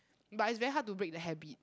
but it's very hard to break the habit